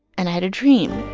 and i had a dream.